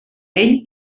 ell